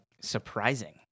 surprising